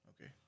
Okay